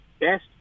best